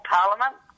Parliament